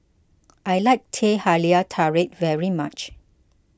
I like Teh Halia Tarik very much